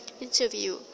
interview